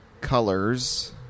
colors